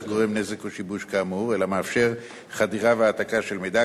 גורם נזק או שיבוש כאמור אלא מאפשר חדירה והעתקה של מידע,